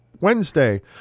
Wednesday